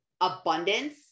abundance